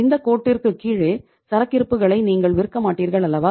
இந்த கோட்டிற்குக் கீழே சரக்கிறுப்புகளை நீங்கள் விற்க மாட்டீர்கள் அல்லவா